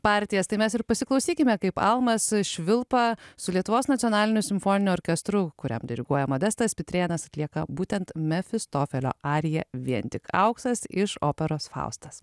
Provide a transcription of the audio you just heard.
partijas tai mes ir pasiklausykime kaip almas švilpa su lietuvos nacionaliniu simfoniniu orkestru kuriam diriguoja modestas pitrėnas atlieka būtent mefistofelio ariją vien tik auksas iš operos faustas